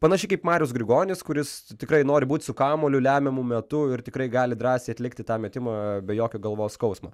panašiai kaip marius grigonis kuris tikrai nori būt su kamuoliu lemiamu metu ir tikrai gali drąsiai atlikti tą metimą be jokio galvos skausmo